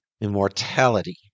immortality